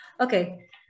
okay